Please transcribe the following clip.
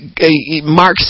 Mark